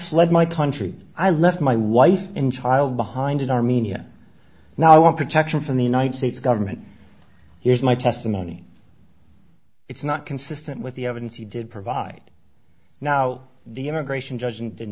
fled my country i left my wife and child behind in armenia now i want protection from the united states government here's my testimony it's not consistent with the evidence he did provide now the immigration judge and did